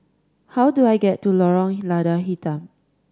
how do I get to Lorong Lada Hitam